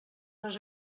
les